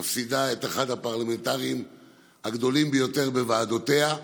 מפסידה את אחד הפרלמנטרים הגדולים ביותר בוועדותיה.